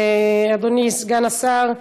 אדוני סגן השר,